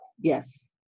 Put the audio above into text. Yes